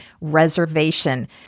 reservation